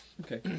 Okay